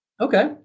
Okay